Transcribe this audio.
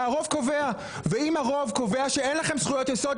הרוב קובע ואם הרוב קובע שאין לכם זכויות יסוד,